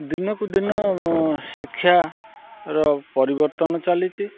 ଦିନକୁ ଦିନ ଶିକ୍ଷାର ପରିବର୍ତ୍ତନ ଚାଲିଛି